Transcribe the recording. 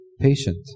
patient